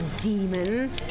demon